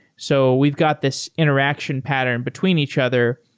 so we've got this interaction pattern between each other.